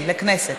כן, לכנסת.